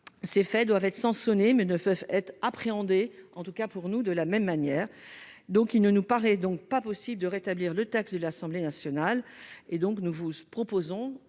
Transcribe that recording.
ces faits doivent être sans sonner mais ne peuvent être appréhendées en tout cas pour nous de la même manière, donc il ne nous paraît donc pas possible de rétablir le texte de l'Assemblée nationale et donc, nous vous proposons